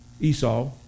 Esau